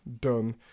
Done